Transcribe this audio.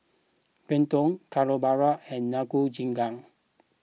Gyudon Carbonara and Nikujaga